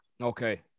Okay